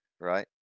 Right